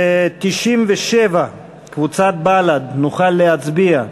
מרצ, קבוצת סיעת העבודה, קבוצת סיעת